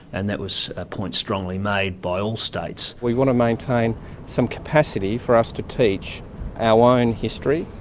and that was a point strongly made by all states. we want to maintain some capacity for us to teach our own history.